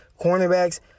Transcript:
cornerbacks